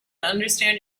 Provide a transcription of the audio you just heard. understand